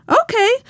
Okay